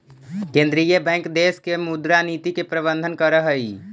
केंद्रीय बैंक देश के मुद्रा नीति के प्रबंधन करऽ हइ